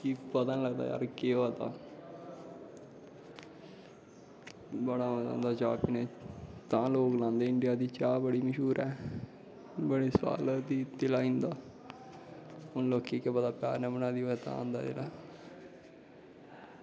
कि पता गै नी लगदा जार केह् होआ दा बड़ा मज़ा आंदा चाह् पीनें गी तां लोग गलांदे इंडिया दी चाह् ब़ड़ी मश्हूर ऐ बड़े साल दी लादां हून लोकें गी केह् पता प्यार नै बनादी होऐ तां औंदा